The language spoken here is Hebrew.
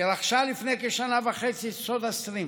שרכשה לפני כשנה וחצי את סודהסטרים.